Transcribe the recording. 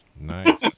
Nice